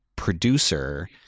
producer